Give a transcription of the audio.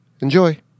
Enjoy